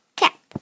cap